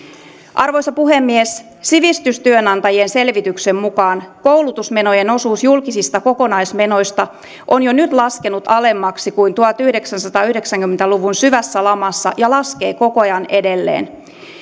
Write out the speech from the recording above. arvoisa puhemies sivistystyönantajien selvityksen mukaan koulutusmenojen osuus julkisista kokonaismenoista on jo nyt laskenut alemmaksi kuin tuhatyhdeksänsataayhdeksänkymmentä luvun syvässä lamassa ja laskee koko ajan edelleen